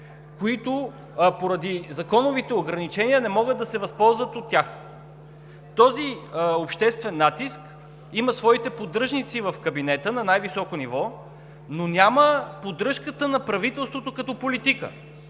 които поради законовите ограничения, не могат да се възползват от тях. Този обществен натиск има своите поддръжници в кабинета на най-високо ниво, но няма поддръжката на правителството като политика,